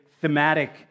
thematic